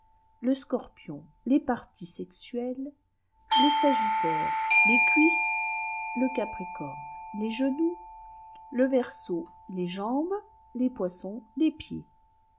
le scorpion les parties sexuelles le sagittaire les cuisses le capricorne jes genoux le verseau les jambes les poissons les pieds